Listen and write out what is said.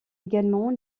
également